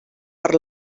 per